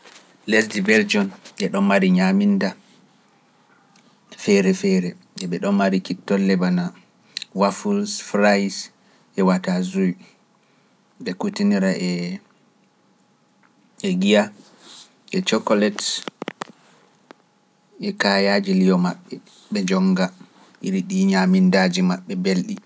Lesdi Beljiyom e ɗon mari nyaaminnda feere-feere e ɓe ɗon mari kittolle bana, bana wafuul, firays, e watazuuy, ɓe kuutira e, e giya, e chocolate e kaayaaji li'o maɓɓe, ɓe njonnga iri ɗii nyaaminndaaji maɓɓe mbelɗi.